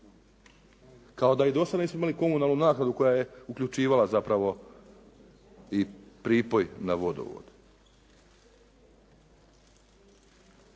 kao i do sada nismo imali komunalnu naknadu koja je uključivala zapravo i pripoj na vodovod.